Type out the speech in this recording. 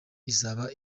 izaba